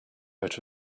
out